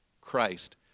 Christ